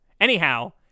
anyhow